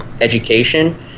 education